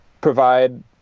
provide